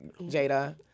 Jada